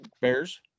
Bears